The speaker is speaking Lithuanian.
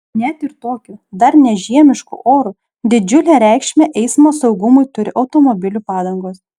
net ir tokiu dar ne žiemišku oru didžiulę reikšmę eismo saugumui turi automobilių padangos